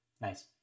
Nice